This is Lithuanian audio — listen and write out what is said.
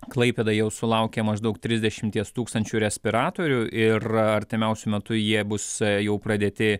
klaipėda jau sulaukė maždaug trisdešimties tūkstančių respiratorių ir artimiausiu metu jie bus jau pradėti